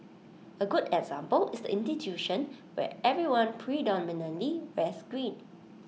A good example is the institution where everyone predominantly wears green